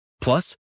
Plus